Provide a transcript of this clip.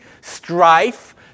strife